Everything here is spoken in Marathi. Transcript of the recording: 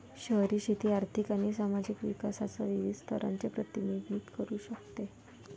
शहरी शेती आर्थिक आणि सामाजिक विकासाच्या विविध स्तरांचे प्रतिबिंबित करू शकते